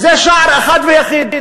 זה שער אחד ויחיד.